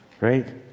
right